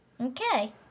Okay